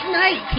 night